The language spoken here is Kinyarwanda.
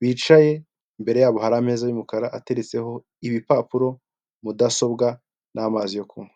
bicaye imbere yabo hari ameza y'umukara ateretseho ibipapuro mudasobwa n'amazi yo kunywa.